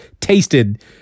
tasted